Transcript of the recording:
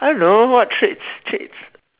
I don't know what traits traits